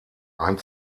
ein